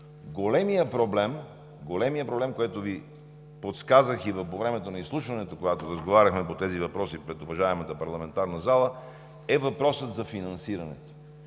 Големият проблем, който Ви подсказах и по време на изслушването, когато разговаряхме по тези въпроси, пред уважаемата парламентарна зала, е въпросът за финансирането.